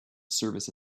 service